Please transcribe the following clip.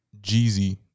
Jeezy